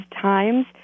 times